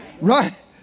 right